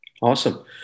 Awesome